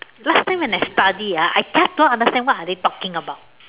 last time when I study ah I just don't understand what are they talking about